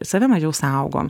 save mažiau saugom